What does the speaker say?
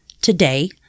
Today